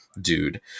dude